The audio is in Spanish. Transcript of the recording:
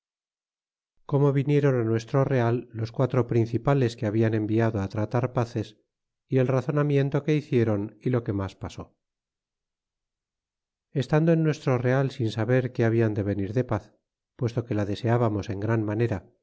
como vinieron nuestro real los quatro principales que hablan enviado tratar pases y el razonamiento que hicieron y lo que mas pasó estando en nuestro real sin saber que hablan de venir de paz puesto que la deseábamos en gran manera